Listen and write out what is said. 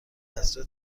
فصلی